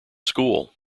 school